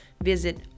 visit